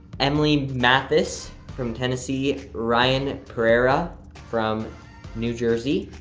emily mathis from tennessee, ryan pareira from new jersey.